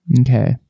Okay